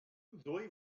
ddwy